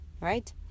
right